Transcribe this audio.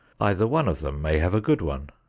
either one of them may have a good one,